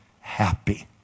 happy